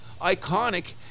iconic